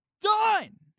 done